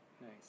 Nice